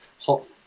hot